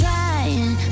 Trying